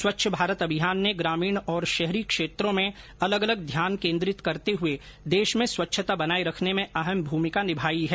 स्वच्छ भारत अभियान ने ग्रामीण और शहरी क्षेत्रों में अलग अलग ध्यान केंद्रित करते हुए देश में स्वच्छता बनाए रखने में अहम भूमिका निभाई है